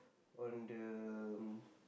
on the